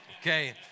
Okay